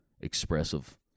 expressive